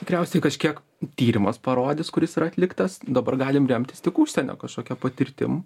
tikriausiai kažkiek tyrimas parodys kuris yra atliktas dabar galim remtis tik užsienio kažkokia patirtim